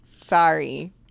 sorry